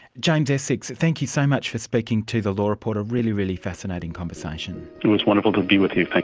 james esseks, thank you so much for speaking to the law report, a really, really fascinating conversation. it was wonderful to be with you, like